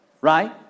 right